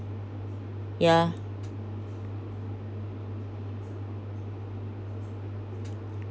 yeah